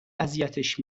اذیتش